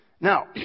Now